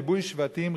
ריבוי שבטים,